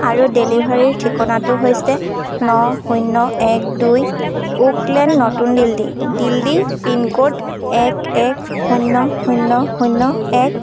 আৰু ডেলিভাৰীৰ ঠিকনাটো হৈছে ন শূন্য এক দুই ওক লেন নতুন দিল্লী দিল্লী পিনক'ড এক এক শূন্য শূন্য শূন্য এক